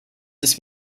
this